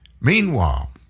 Meanwhile